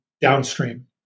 downstream